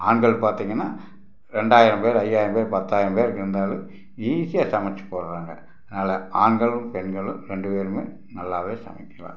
ஆண்கள் பார்த்தீங்கன்னா ரெண்டாயிரம் பேர் ஐயாயிரம் பேர் பத்தாயிரம் பேர் இருந்தாலும் ஈஸியாக சமைத்து போடுகிறாங்க அதுதான் ஆண்களும் பெண்களும் ரெண்டு பேருமே நல்லாவே சமைக்கிறாங்க